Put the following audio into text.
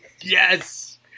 Yes